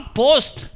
post